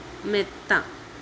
മെത്ത